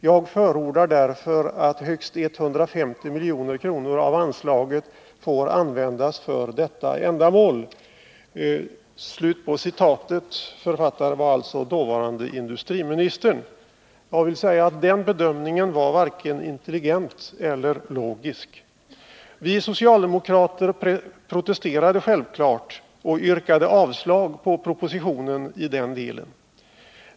Jag förordar därför att högst 150 milj.kr. av anslaget får användas för detta ändamål.” Författare var dåvarande industriministern. Den bedömningen var varken intelligent eller logisk. Vi socialdemokrater protesterade självfallet och yrkade avslag på propositionen i den delen.